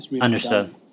Understood